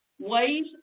ways